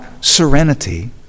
serenity